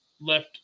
left